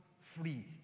free